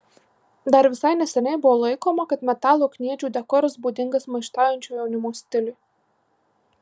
dar visai neseniai buvo laikoma kad metalo kniedžių dekoras būdingas maištaujančio jaunimo stiliui